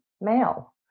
male